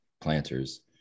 planters